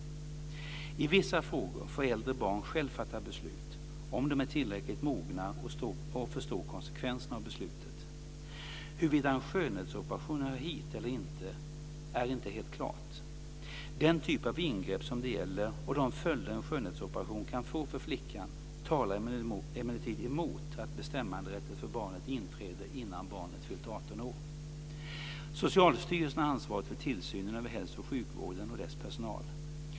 I vissa frågor får äldre barn själva fatta beslut, om de är tillräckligt mogna och förstår konsekvenserna av beslutet. Huruvida en skönhetsoperation hör hit eller inte är inte helt klart. Den typ av ingrepp som det gäller och de följder en skönhetsoperation kan få för flickan talar emellertid emot att bestämmanderätt för barnet inträder innan barnet fyllt 18 år. Socialstyrelsen har ansvaret för tillsynen över hälso och sjukvården och dess personal.